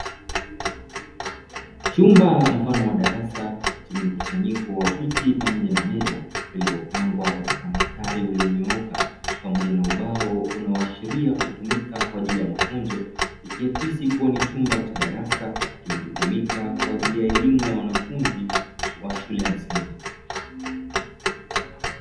Chumba mfano wa darasa chenye mkusanyiko wa viti pamoja na meza, vilivyopangwa katika mstari ulionyooka pamoja na ubao unaoashiria kutumika kwaajili ya mafunzo, ikiakisi kuwa ni chumba cha darasa kinachotumika kwaajili ya elimu ya wanafunzi wa shule ya msingi.